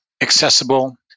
accessible